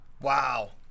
Wow